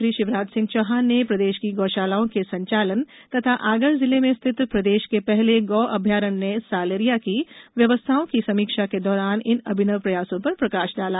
मुख्यमंत्री शिवराज सिंह चौहान ने प्रदेश की गौशालाओं के संचालन तथा आगर जिले में स्थित प्रदेश के पहले गो अभ्यारण्य सालरिया की व्यवस्थाओं की समीक्षा के दौरान इन अभिनव प्रयासों पर प्रकाश डाला